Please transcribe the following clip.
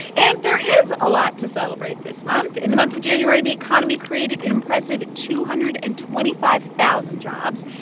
and there is a lot to celebrate this month. in the month of january, the economy created an impressive two hundred and twenty five thousand jobs,